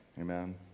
amen